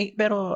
pero